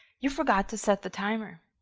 you forgot to set the timer.